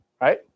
right